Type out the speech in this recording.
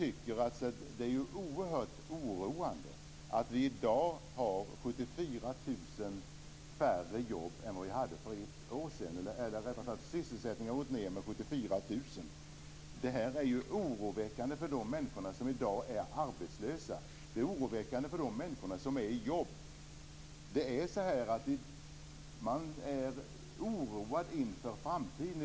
Det är oerhört oroande att antalet sysselsatta har gått ned med 74 000 jämfört med hur det var för ett år sedan. Detta är oroväckande för de människor som i dag är arbetslösa och för de människor som har jobb. Man är oroad inför framtiden.